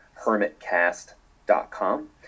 hermitcast.com